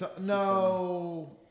No